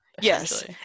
yes